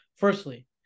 Firstly